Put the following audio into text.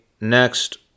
next